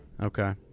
okay